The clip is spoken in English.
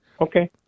okay